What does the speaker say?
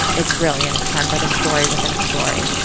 it's brilliant, it's kind of like a story within a story.